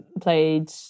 played